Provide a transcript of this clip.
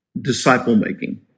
disciple-making